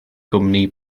gwmni